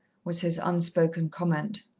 was his unspoken comment.